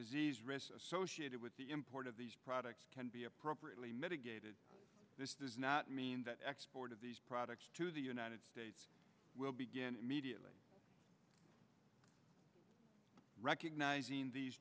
disease risk associated with the import of these products can be appropriately mitigated this does not mean that export of these products to the united states will begin immediately recognizing these